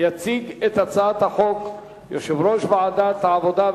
יציג את הצעת החוק יושב-ראש ועדת העבודה,